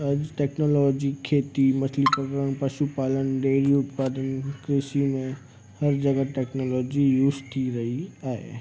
अॼु टैक्नोलॉजी खेती मछली पकिड़णु पशू पालन डेरी उत्पादन कृषि में हरु जॻहि टैक्नोलॉजी यूस थी रही आहे